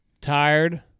tired